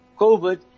COVID